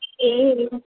ए